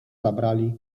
zabrali